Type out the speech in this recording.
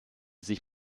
sich